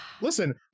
listen